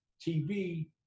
TV